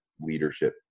leadership